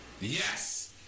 Yes